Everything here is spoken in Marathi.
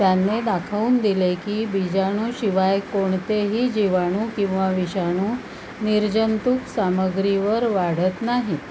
त्यांनी दाखवून दिले की बिजाणूशिवाय कोणतेही जिवाणू किंवा विषाणू निर्जंतूक सामग्रीवर वाढत नाहीत